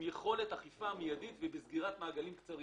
עם יכולת אכיפה מידית וסגירת מעגלים קצרים.